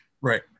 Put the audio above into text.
right